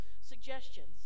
suggestions